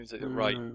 Right